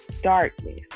darkness